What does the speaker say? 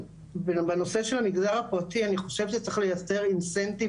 בנושא של המגזר הפרטי אני חושבת שצריך לייצר אינסנטיב